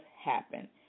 happen